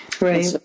right